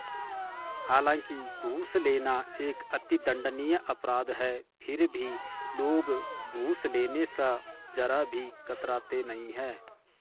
हालांकि घूस लेना एक अति दंडनीय अपराध है फिर भी लोग घूस लेने स जरा भी कतराते नहीं है